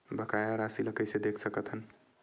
बकाया राशि ला कइसे देख सकत हान?